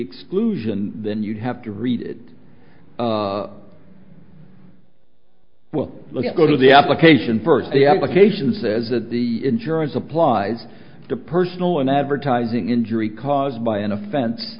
exclusion then you'd have to read it well look at go to the application first the application says that the insurance applies to personal one advertising injury caused by an offen